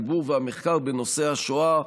הדיבור והמחקר בנושא השואה,